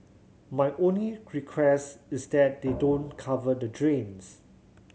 my only request is that they don't cover the drains